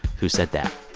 who said that.